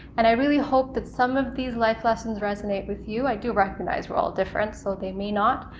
and i really hope that some of these life lessons resonate with you. i do recognize we're all different so they may not,